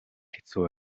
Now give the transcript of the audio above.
хэцүү